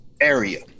area